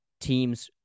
teams